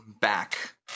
back